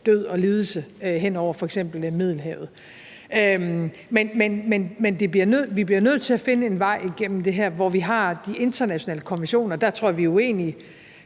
død og lidelse, hen over f.eks. Middelhavet. Men vi bliver nødt til at finde en vej igennem det her, hvor vi har de internationale konventioner – her tror jeg vi er uenige